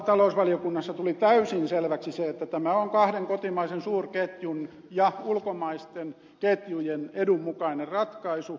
talousvaliokunnassa tuli täysin selväksi se että tämä on kahden kotimaisen suurketjun ja ulkomaisten ketjujen edun mukainen ratkaisu